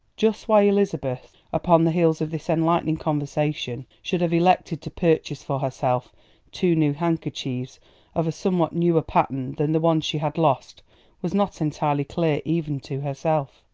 just why elizabeth upon the heels of this enlightening conversation should have elected to purchase for herself two new handkerchiefs of a somewhat newer pattern than the ones she had lost was not entirely clear even to herself.